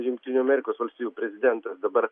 jungtinių amerikos valstijų prezidentas dabar